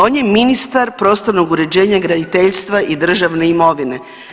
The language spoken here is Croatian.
On je ministar prostornog uređenja i graditeljstva i državne imovine.